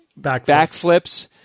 backflips